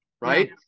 right